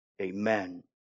amen